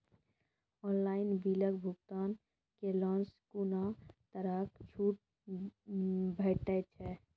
Online बिलक भुगतान केलासॅ कुनू तरहक छूट भेटै छै?